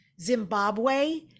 Zimbabwe